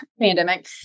pandemic